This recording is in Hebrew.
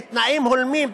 לתנאים הולמים,